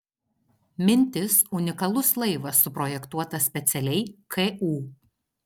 mintis unikalus laivas suprojektuotas specialiai ku